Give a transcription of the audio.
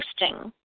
interesting